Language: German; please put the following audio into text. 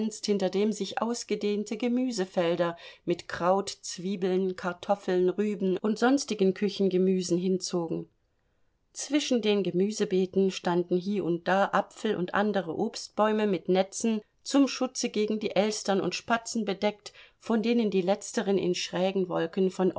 hinter dem sich ausgedehnte gemüsefelder mit kraut zwiebeln kartoffeln rüben und sonstigen küchengemüsen hinzogen zwischen den gemüsebeeten standen hie und da apfel und andere obstbäume mit netzen zum schutze gegen die elstern und spatzen bedeckt von denen die letzteren in schrägen wolken von